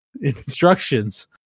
instructions